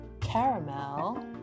caramel